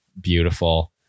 beautiful